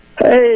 Hey